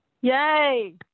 Yay